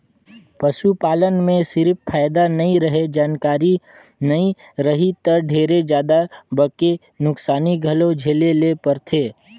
पसू पालन में सिरिफ फायदा नइ रहें, जानकारी नइ रही त ढेरे जादा बके नुकसानी घलो झेले ले परथे